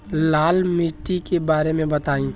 लाल माटी के बारे में बताई